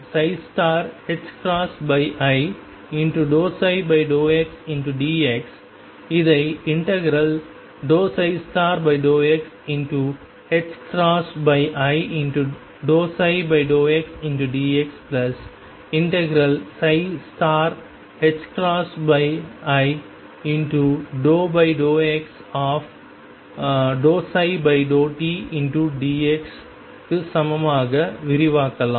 இதை ∂ψ∂ti ∂ψ∂xdx∫i∂x ∂ψ∂tdx க்கு சமமாக விரிவாக்கலாம்